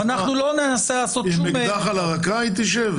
אנחנו לא ננסה לעשות שום --- עם אקדח לרקה היא תשב?